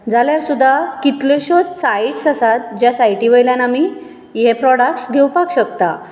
जाल्यार सुद्दां कितल्योश्योच साय्टस आसात ज्या साय्टी वयल्यान आमी हे प्रोडाक्ट्स घेवपाक शकता